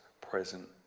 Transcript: present